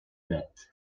dret